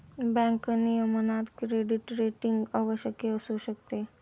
bank नियमनात credit rating आवश्यक असू शकते